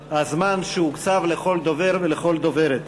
על הזמן שהוקצב לכל דובר ודוברת.